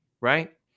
right